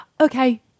Okay